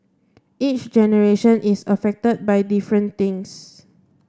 each generation is affected by different things